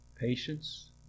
patience